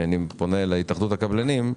ואני פונה להתאחדות הקבלנים,